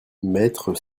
mettre